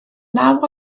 naw